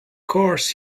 course